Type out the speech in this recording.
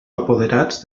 apoderats